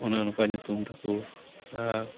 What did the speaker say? ᱚᱱᱮ ᱚᱱᱠᱟ ᱧᱩᱛᱩᱢ ᱛᱟᱠᱚ